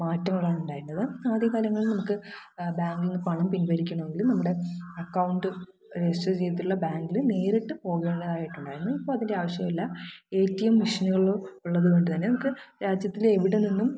മാറ്റങ്ങളാണ് ഉണ്ടായിരിക്കുന്നത് ആദ്യകാലങ്ങളിൽ നമുക്ക് ബാങ്കിൽന്ന് പണം പിൻവലിയ്ക്കണമെങ്കിൽ നമ്മുടെ അക്കൗണ്ട് രെജിസ്റ്ററ് ചെയ്തിട്ടുള്ള ബാങ്കിൽ നേരിട്ട് പോകേണ്ടതായിട്ടുണ്ടായിരുന്നു ഇപ്പോൾ അതിൻ്റെ ആവശ്യമില്ല എ റ്റീ എം മിഷിന്കൾ ഉള്ളതുകൊണ്ട് തന്നെ നമുക്ക് രാജ്യത്തിലെ എവിടെ നിന്നും